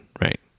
right